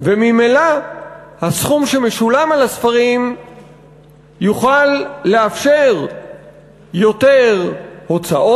וממילא הסכום שמשולם על הספרים יוכל לאפשר יותר הוצאות